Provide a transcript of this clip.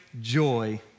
joy